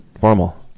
formal